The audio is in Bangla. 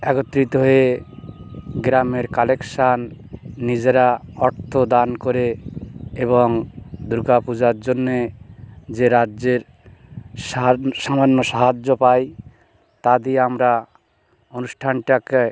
একত্রিত হয়ে গ্রামের কালেকশান নিজেরা অর্থ দান করে এবং দুর্গা পূজার জন্যে যে রাজ্যের সামান্য সাহায্য পাই তা দিয়ে আমরা অনুষ্ঠানটাকে